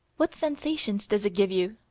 what sensations does it give you?